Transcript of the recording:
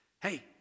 Hey